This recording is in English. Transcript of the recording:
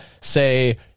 say